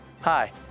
Hi